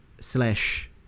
slash